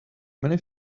many